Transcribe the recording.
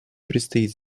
предстоит